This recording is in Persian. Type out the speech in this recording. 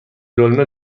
دلمه